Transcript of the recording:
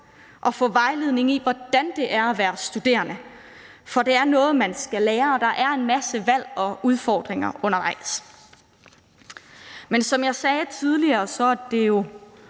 at få vejledning i, hvordan det er at være studerende, for det er noget, man skal lære, og der er en masse valg og udfordringer undervejs. Men som jeg sagde tidligere, er det jo